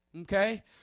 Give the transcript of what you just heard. okay